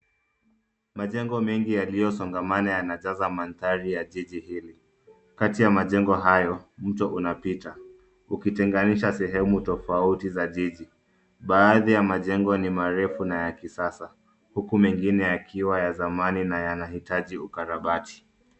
Majengo mengi yaliyosongamana yanajaza mandhari ya jiji hili. Kati ya majengo hayo, mto unapita ukitenganisha sehemu tofauti za jiji. Baadhi ya majengo ni marefu na ya kisasa huku mengine yakiwa ya zamani na yanahitaji ukarabati.